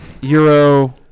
Euro